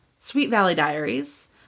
sweetvalleydiaries